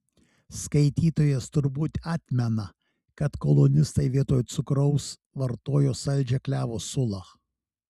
skaitytojas turbūt atmena kad kolonistai vietoj cukraus vartojo saldžią klevo sulą